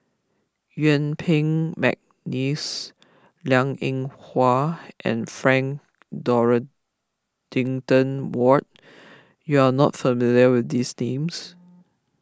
Yuen Peng McNeice Liang Eng Hwa and Frank Dorrington Ward you are not familiar with these names